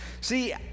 See